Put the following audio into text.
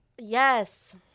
Yes